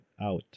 out